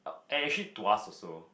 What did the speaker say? and actually to us also